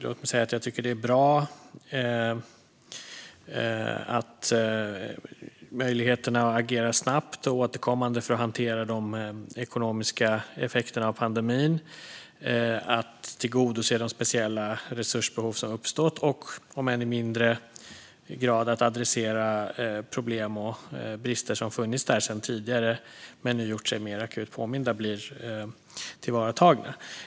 Låt mig säga att jag tycker att det är bra att möjligheterna att agera snabbt och återkommande för att hantera de ekonomiska effekterna av pandemin, att tillgodose de speciella resursbehov som har uppstått och, om än i mindre skala, att adressera problem och brister som har funnits där sedan tidigare men nu gjort sig mer akut påminda blir tillvaratagna.